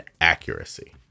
accuracy